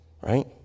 right